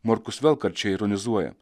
morkus vel karčiai ironizuoja